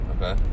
Okay